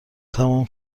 تموم